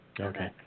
Okay